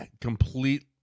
complete